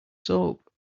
soap